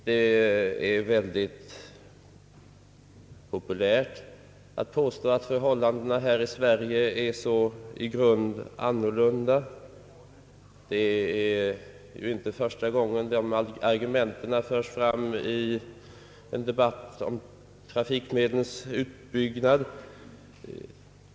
Det är mycket populärt att påstå att förhållandena i Sverige är så i grunden annorlunda. Det är ju inte första gången det argumentet förs fram i en debatt om trafikmedlens utbyggnad.